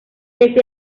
pese